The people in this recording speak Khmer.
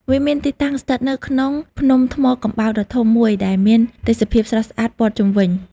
វាមានទីតាំងស្ថិតនៅក្នុងភ្នំថ្មកំបោរដ៏ធំមួយដែលមានទេសភាពស្រស់ស្អាតព័ទ្ធជុំវិញ។